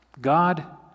God